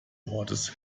wortes